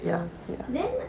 ya ya